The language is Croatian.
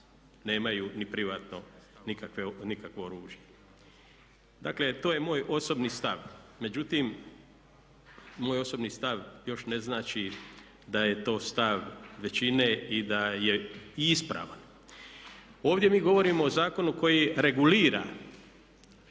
nemaju ni privatno nikakvo oružje. Dakle, to je moj osobni stav, međutim moj osobni stav još ne znači da je to stav većine i da je i ispravan. Ovdje mi govorimo o zakonu koji regulira